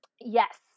Yes